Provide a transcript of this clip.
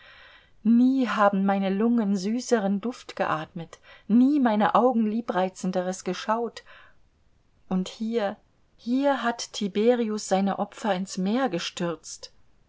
nie haben meine lungen süßeren duft geatmet nie meine augen liebreizenderes geschaut und hier hier hat tiberius seine opfer in's meer gestürzt